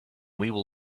will